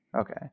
Okay